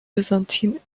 byzantine